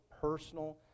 personal